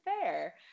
fair